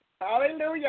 Hallelujah